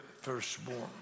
firstborn